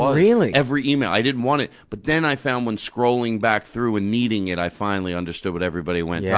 really? every email, i didn't want it. but then i found when scrolling back through and needing it, i finally understood what everybody went, yeah